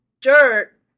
dirt